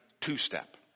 two-step